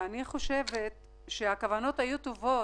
3,200 משפחתונים